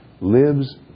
lives